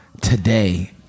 today